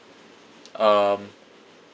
um